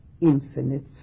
infinite